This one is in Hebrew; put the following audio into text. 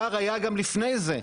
הפער היה גם לפני זה,